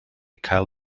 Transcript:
cael